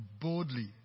boldly